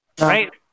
right